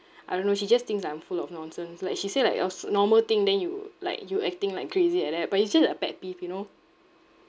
I don't know she just thinks I'm full of nonsense like she say like it was normal thing then you like you acting like crazy like that but it's just a pet peeve you know